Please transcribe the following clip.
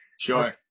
Sure